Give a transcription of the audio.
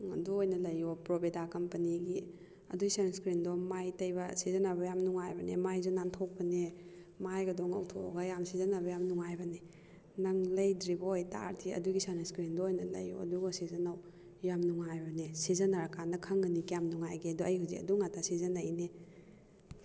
ꯑꯗꯨ ꯑꯣꯏꯅ ꯂꯩꯌꯣ ꯄ꯭ꯔꯣꯕꯦꯗꯥ ꯀꯝꯄꯅꯤꯒꯤ ꯑꯗꯨꯏ ꯁꯟ ꯁꯀꯔꯤꯟꯗꯣ ꯃꯥꯏ ꯇꯩꯕ ꯁꯤꯖꯤꯟꯅꯕ ꯌꯥꯝ ꯅꯨꯡꯉꯥꯏꯕꯅꯦ ꯃꯥꯏꯁꯨ ꯅꯥꯟꯊꯣꯛꯄꯅꯦ ꯃꯥꯏꯒꯗꯣ ꯉꯧꯊꯣꯛꯑꯒ ꯌꯥꯝ ꯁꯤꯖꯤꯟꯅꯕ ꯌꯥꯝ ꯅꯨꯡꯉꯥꯏꯕꯅꯦ ꯅꯪ ꯂꯩꯗ꯭꯭ꯔꯤꯕ ꯑꯣꯏꯇꯥꯔꯗꯤ ꯑꯗꯨꯒꯤ ꯁꯟ ꯁꯀꯔꯤꯟꯗꯣ ꯑꯣꯏꯅ ꯂꯩꯌꯣ ꯑꯗꯨꯒ ꯁꯤꯖꯤꯟꯅꯧ ꯌꯥꯝ ꯅꯨꯡꯉꯥꯏꯕꯅꯦ ꯁꯤꯖꯤꯟꯅꯔ ꯀꯥꯟꯗ ꯈꯪꯒꯅꯤ ꯀꯌꯥꯝ ꯅꯨꯡꯉꯥꯏꯒꯦꯗꯣ ꯑꯩ ꯍꯧꯖꯤꯛ ꯑꯗꯨ ꯉꯥꯛꯇ ꯁꯤꯖꯤꯟꯅꯩꯅꯦ